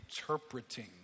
interpreting